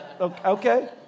okay